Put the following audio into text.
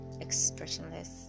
expressionless